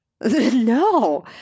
No